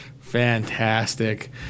Fantastic